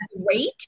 great